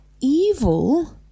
evil